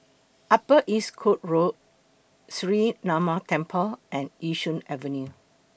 Upper East Coast Road Sree Ramar Temple and Yishun Avenue